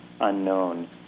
unknown